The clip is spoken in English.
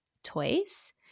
toys